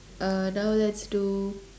uh now let's do